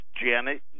Janet